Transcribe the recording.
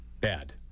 bad